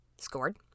scored